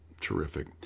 Terrific